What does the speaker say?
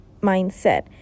mindset